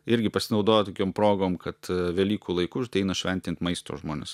irgi pasinaudojo tokiom progom kad velykų laiku ateina šventint maisto žmonės